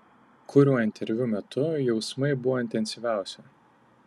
kuriuo interviu metu jausmai buvo intensyviausi